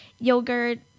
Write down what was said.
yogurt